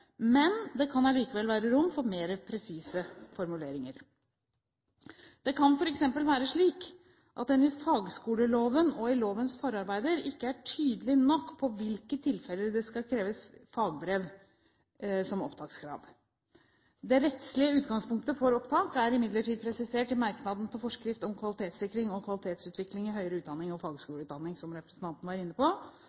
men det kan likevel være rom for mer presise formuleringer. Det kan f.eks. være slik at en i fagskoleloven og i lovens forarbeider ikke er tydelig nok på i hvilke tilfeller det skal kreves fagbrev som opptakskrav. Det rettslige utgangspunktet for opptak er imidlertid presisert i merknadene til forskrift om kvalitetssikring og kvalitetsutvikling i høyere utdanning og